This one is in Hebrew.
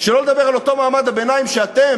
שלא לדבר על אותו מעמד הביניים שאתם,